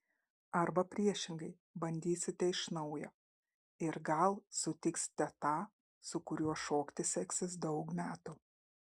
arba priešingai bandysite iš naujo ir gal sutiksite tą su kuriuo šokti seksis daug metų